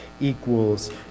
equals